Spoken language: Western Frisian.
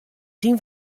syn